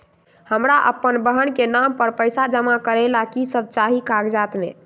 हमरा अपन बहन के नाम पर पैसा जमा करे ला कि सब चाहि कागज मे?